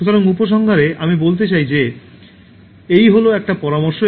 সুতরাং উপসংহারে আমি বলতে চাই যে এই হল একটা পরামর্শ